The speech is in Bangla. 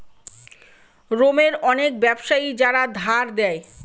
রোমের অনেক ব্যাবসায়ী যারা ধার দেয়